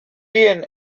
bien